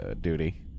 duty